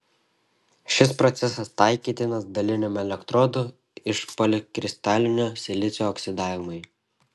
šis procesas taikytinas daliniam elektrodų iš polikristalinio silicio oksidavimui